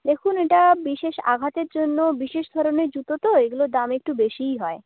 দেখুন এটা বিশেষ আঘাতের জন্য বিশেষ ধরনের জুতো তো এগুলোর দাম একটু বেশিই হয়